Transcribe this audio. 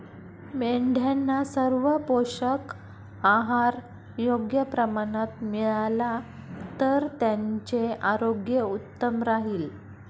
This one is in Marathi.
मेंढ्यांना सर्व पोषक आहार योग्य प्रमाणात मिळाला तर त्यांचे आरोग्य उत्तम राहील